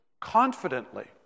confidently